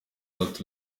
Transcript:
not